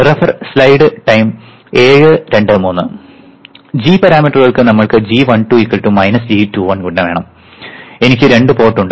g പാരാമീറ്ററുകൾ നമ്മൾക്ക് g12 g21 വേണം എനിക്ക് രണ്ട് പോർട്ട് ഉണ്ട്